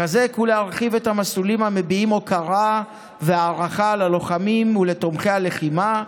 לחזק ולהרחיב את המסלולים המביעים הוקרה והערכה ללוחמים ולתומכי הלחימה,